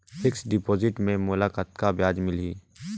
Fixed deposit मे मोला कतका ब्याज मिलही?